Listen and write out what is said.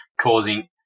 causing